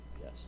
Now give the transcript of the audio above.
Yes